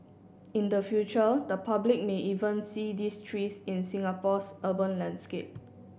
in the future the public may even see these trees in Singapore's urban landscape